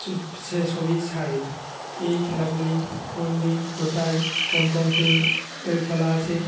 চুপ সে ছবি ছাড়ে এই খেলাগুলি কোন দিন কোথায় কোন কোন টিমের খেলা আছে